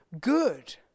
good